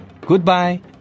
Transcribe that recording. Goodbye